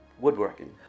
woodworking